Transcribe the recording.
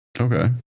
Okay